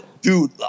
Dude